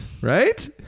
Right